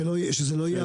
שזה לא יהיה עבירה.